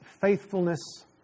faithfulness